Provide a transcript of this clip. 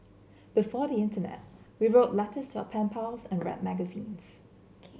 before the internet we wrote letters to our pen pals and read magazines